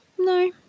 No